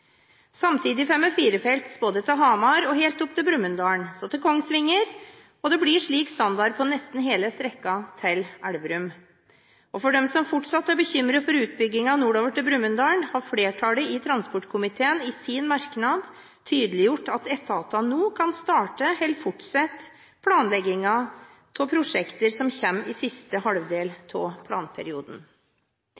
Samtidig får vi firefelts vei til Hamar, helt opp til Brumunddal og til Kongsvinger, og det blir slik standard på nesten hele strekningen til Elverum. For dem som fortsatt er bekymret for utbyggingen nordover til Brumunddal, har flertallet i transportkomiteen i sin merknad tydeliggjort at etatene nå kan starte eller fortsette planleggingen av prosjekter som kommer i siste halvdel